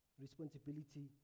responsibility